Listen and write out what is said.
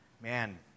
man